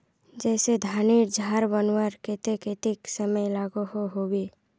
जैसे धानेर झार बनवार केते कतेक समय लागोहो होबे?